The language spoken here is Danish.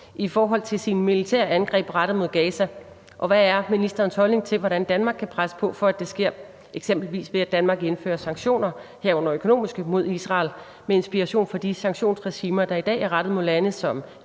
i forhold til sine militære angreb rettet mod Gaza, og hvad er ministerens holdning til, hvordan Danmark kan presse på, for at det sker, f.eks. ved at Danmark indfører sanktioner, herunder økonomiske, mod Israel med inspiration fra de sanktionsregimer, der i dag er rettet mod lande